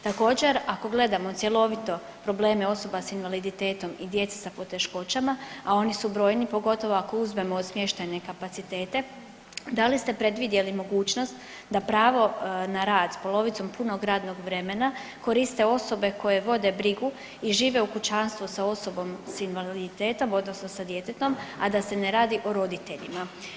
Također, ako gledamo cjelovito probleme osoba s invaliditetom i djece sa poteškoćama, a oni su brojni, pogotovo ako uzmemo i smještajne kapacitete, da li ste predvidjeli mogućnost da pravo na rad s polovicom punog radnog vremena, koriste osobe koje vode brigu i žive u kućanstvu sa osobom s invaliditetom, odnosno sa djetetom, a da se ne radi o roditeljima.